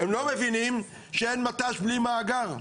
הם לא מבינים שאין מת"ש בלי מאגר.